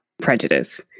prejudice